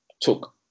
took